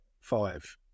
five